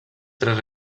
tres